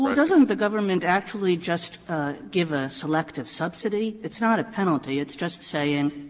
but doesn't the government actually just give a selective subsidy? it's not a penalty, it's just saying,